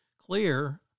clear